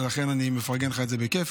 לכן אני מפרגן לך את זה בכיף.